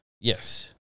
Yes